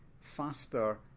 faster